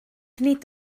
nid